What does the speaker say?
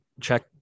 check